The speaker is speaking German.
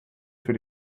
für